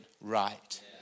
right